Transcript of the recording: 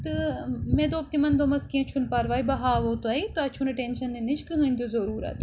تہٕ مےٚ دوٚپ تِمَن دوٚپمَس کینٛہہ چھُنہٕ پَرواے بہٕ ہاوَو تۄہہِ تۄہہِ چھُو نہٕ ٹٮ۪نشَن نِنٕچۍ کٕہٕنۍ تہِ ضُروٗرت